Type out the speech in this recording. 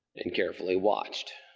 and carefully watched.